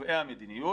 קובעי המדיניות.